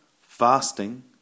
fasting